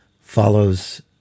follows